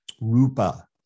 Rupa